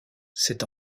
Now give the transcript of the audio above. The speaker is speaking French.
c’est